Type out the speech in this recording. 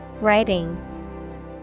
Writing